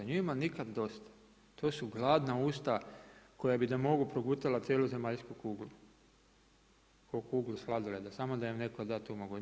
Njima nikada dosta, to su gladna usta koja bi da mogu progutala cijelu zemaljsku kuglu kao kuglu sladoleda samo da im netko da tu mogućnost.